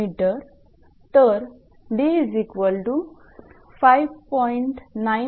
तर 𝑑5